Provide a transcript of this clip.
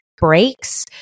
breaks